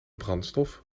brandstof